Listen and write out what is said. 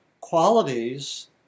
qualities